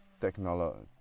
technology